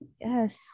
yes